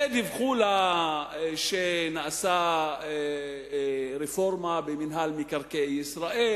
ודיווחו לה שנעשתה רפורמה במינהל מקרקעי ישראל